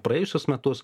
praėjusius metus